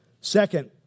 Second